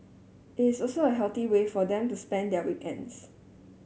it is also a healthy way for them to spend their weekends